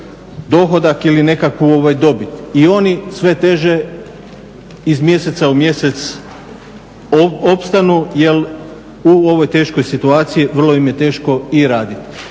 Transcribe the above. dohodak ili nekakvu dobit i oni sve teže iz mjeseca u mjesec opstanu jer u ovoj teškoj situaciji vrlo im je teško i raditi.